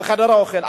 בחדר האוכל,